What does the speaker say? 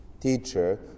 Teacher